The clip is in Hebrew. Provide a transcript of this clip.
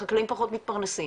החקלאים פחות מתפרנסים.